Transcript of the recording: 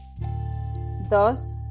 dos